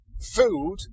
food